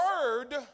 word